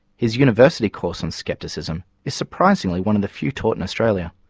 his university course on skepticism is surprisingly one of the few taught in australia.